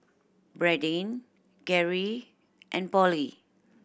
Bradyn Gary and Polly